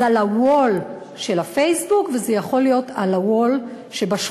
זה על ה-wall של הפייסבוק וזה יכול להיות על ה-wall שבשכונה.